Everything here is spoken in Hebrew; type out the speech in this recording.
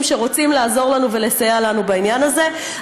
שרוצים לעזור לנו ולסייע לנו בעניין הזה.